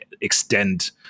extend